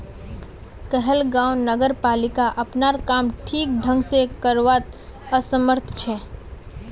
कहलगांव नगरपालिका अपनार काम ठीक ढंग स करवात असमर्थ छ